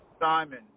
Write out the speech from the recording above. Simon